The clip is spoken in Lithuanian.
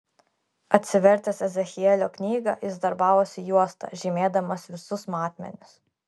atsivertęs ezechielio knygą jis darbavosi juosta žymėdamas visus matmenis